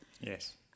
Yes